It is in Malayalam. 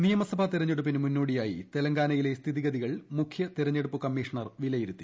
ന് നിയമസഭാ തെരഞ്ഞെടുപ്പിനു മൂന്ന്ോടിയായി തെലങ്കാനയിലെ സ്ഥിതിഗതികൾ മുഖ്യതെരഞ്ഞെടുപ്പ് കമ്മീഷണർ വിലയിരുത്തി